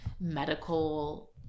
medical